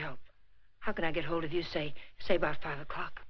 help how can i get hold of you say say back five o'clock